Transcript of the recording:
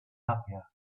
happier